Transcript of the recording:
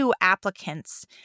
applicants